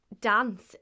dance